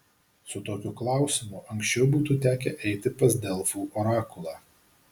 su tokiu klausimu anksčiau būtų tekę eiti pas delfų orakulą